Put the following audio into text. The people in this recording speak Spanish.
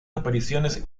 apariciones